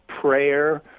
prayer